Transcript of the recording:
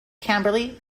camberley